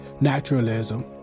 naturalism